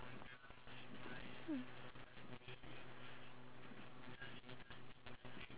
iya because our body it needs to maintain the homeostasis of our body